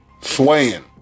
swaying